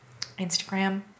instagram